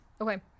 Okay